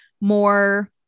more